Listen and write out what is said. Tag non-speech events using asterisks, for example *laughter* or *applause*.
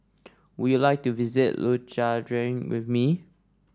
would you like to visit *unintelligible* with me